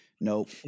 Nope